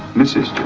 mrs stewart.